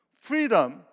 Freedom